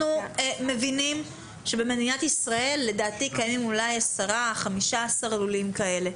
אנחנו מבינים שבמדינת ישראל קיימים אולי 10-15 לולים כאלה,